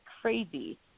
crazy